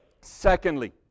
Secondly